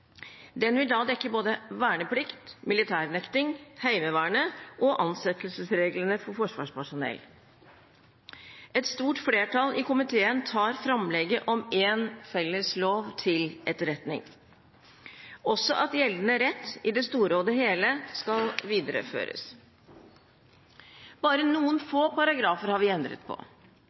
Den vil da dekke både verneplikt, militærnekting, Heimevernet og ansettelsesreglene for forsvarspersonell. Et stort flertall i komiteen tar framlegget om en felles lov til etterretning, også at gjeldende rett i det store og det hele skal videreføres. Bare noen få paragrafer har vi endret på.